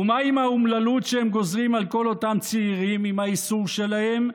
ומה עם האומללות שהם גוזרים על כל אותם צעירים עם האיסור שלהם?